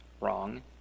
wrong